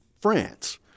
France